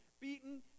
beaten